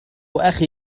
أخي